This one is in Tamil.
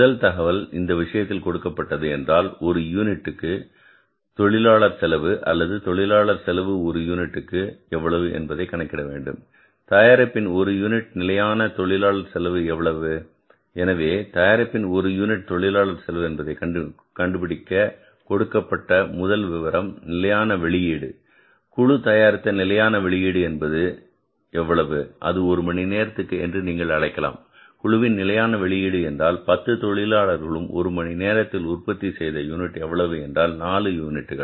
முதல் தகவல் இந்த விஷயத்தில் கொடுக்கப்பட்டது என்றால் ஒரு யூனிட்டுக்கு தொழிலாளர் செலவு அல்லது தொழிலாளர் செலவு ஒரு யூனிட்டுக்கு எவ்வளவு என்பதை கணக்கிட வேண்டும் தயாரிப்பின் ஒரு யூனிட்டுக்கு நிலையான தொழிலாளர் செலவு எவ்வளவு எனவே தயாரிப்பின் ஒரு யூனிட்டுக்கு தொழிலாளர் செலவு என்பதை கண்டுபிடிக்க கொடுக்கப்பட்ட முதல் விவரம் நிலையான வெளியீடு குழு தயாரித்த நிலையான வெளியீடு என்பது எவ்வளவு அது ஒரு மணி நேரத்திற்கு என்று நீங்கள் அழைக்கலாம் குழுவின் நிலையான வெளியீடு என்றால் 10 தொழிலாளர்களும் ஒரு மணி நேரத்தில் உற்பத்தி செய்த யூனிட் எவ்வளவு என்றால் 4 யூனிட்டுகள்